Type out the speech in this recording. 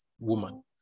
woman